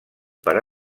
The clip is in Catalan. per